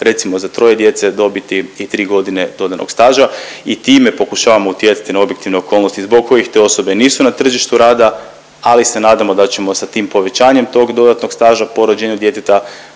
recimo za troje djece dobiti i tri godine dodanog staža. I time pokušavamo utjecati na objektivne okolnosti zbog kojih te osobe nisu na tržištu rada, ali se nadamo da ćemo sa tim povećanjem tog dodatnog staža po rođenju djeteta